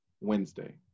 Wednesday